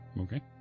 Okay